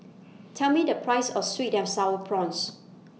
Tell Me The Price of Sweet and Sour Prawns